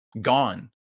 gone